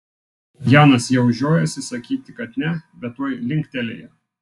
janas jau žiojosi sakyti kad ne bet tuoj linktelėjo